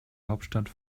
hauptstadt